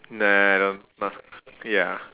nah I don't not ya